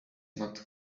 not